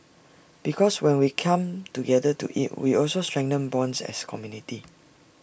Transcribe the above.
because when we come together to eat we also strengthen bonds as community